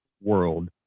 world